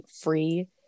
free